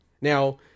Now